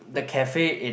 the cafe in